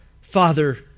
Father